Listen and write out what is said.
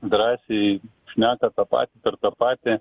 drąsiai šneka tą patį per tą patį